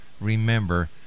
remember